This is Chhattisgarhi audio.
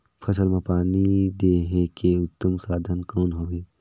फसल मां पानी देहे के उत्तम साधन कौन हवे?